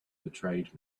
betrayed